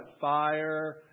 fire